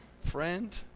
Friend